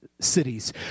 cities